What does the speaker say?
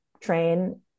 train